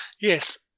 Yes